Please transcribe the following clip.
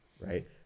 right